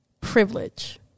Privilege